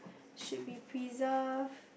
should we preserve